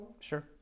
Sure